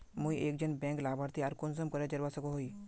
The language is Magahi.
मुई एक जन बैंक लाभारती आर कुंसम करे जोड़वा सकोहो ही?